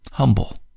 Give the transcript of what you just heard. humble